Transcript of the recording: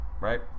Right